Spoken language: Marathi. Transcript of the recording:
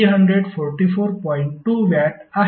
2 वॅट आहे